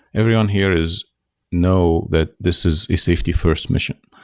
everyone here is know that this is a safety first mission.